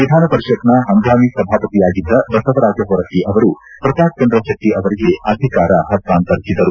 ವಿಧಾನಪರಿಷತ್ನ ಹಂಗಾಮಿ ಸಭಾಪತಿಯಾಗಿದ್ದ ಬಸವರಾಜಹೊರಟ್ಟಿ ಅವರು ಪ್ರತಾಪ್ಚಂದ್ರಶೆಟ್ಟಿ ಅವರಿಗೆ ಅಧಿಕಾರ ಹಸ್ತಾಂತರಿಸಿದರು